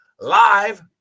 live